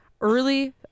early